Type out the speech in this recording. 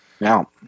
Now